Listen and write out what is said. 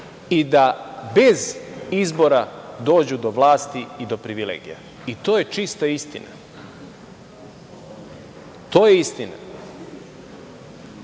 i da bez izbora dođu do vlasti i privilegija. To je čista istina. To je istina. Danas